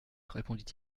répondit